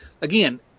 again